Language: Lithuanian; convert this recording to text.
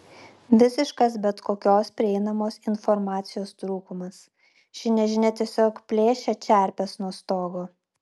visiškas bet kokios prieinamos informacijos trūkumas ši nežinia tiesiog plėšia čerpes nuo stogo